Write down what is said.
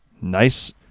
Nice